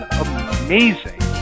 amazing